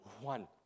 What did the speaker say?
one